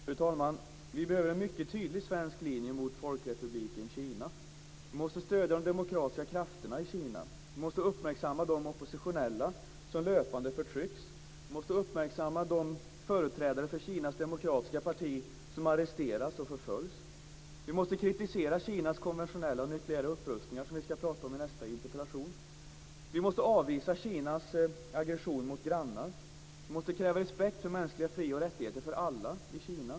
Fru talman! Vi behöver en mycket tydlig svensk linje mot Folkrepubliken Kina. Vi måste stödja de demokratiska krafterna i Kina. Vi måste uppmärksamma de oppositionella som löpande förtrycks. Vi måste uppmärksamma de företrädare för Kinas demokratiska parti som arresteras och förföljs. Vi måste kritisera Kinas konventionella och nukleära upprustningar som vi ska prata om i nästa interpellation. Vi måste avvisa Kinas aggression mot grannar. Vi måste kräva respekt för mänskliga fri och rättigheter för alla i Kina.